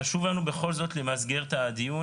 חשוב לנו בכל זאת למסגר את הדיון,